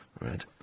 red